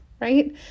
right